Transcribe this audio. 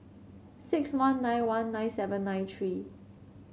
six one nine one nine seven nine three